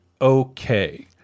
okay